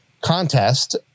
contest